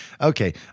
Okay